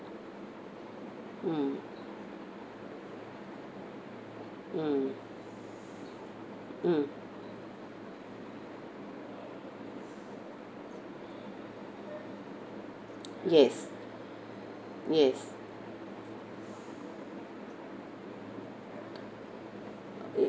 mm mm mm yes yes